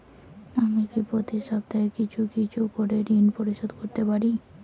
আমি কি প্রতি সপ্তাহে কিছু কিছু করে ঋন পরিশোধ করতে পারি?